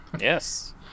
Yes